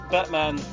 Batman